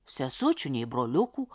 sesučių nei broliukų